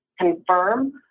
confirm